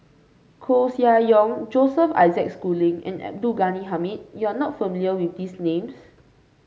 Koeh Sia Yong Joseph Isaac Schooling and Abdul Ghani Hamid you are not familiar with these names